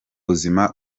buzima